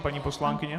Paní poslankyně?